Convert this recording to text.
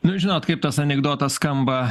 nu žinot kaip tas anekdotas skamba